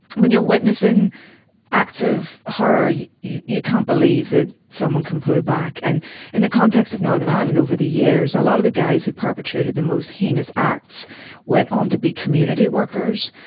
when you're witnessing acts of horror you you can't believe that someone can pull back and in the context of northern ireland over the years a lot of the guys who perpetrated the most heinous acts went on to be community workers,